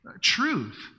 truth